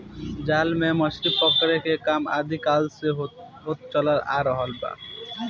जाल से मछरी पकड़े के काम आदि काल से होत चलत आ रहल बा